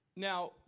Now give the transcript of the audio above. Now